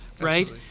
right